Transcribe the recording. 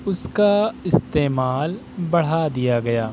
اس کا استعمال بڑھا دیا گیا